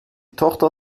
tochter